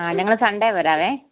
ആ ഞങ്ങള് സൺഡേ വരാമേ